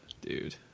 dude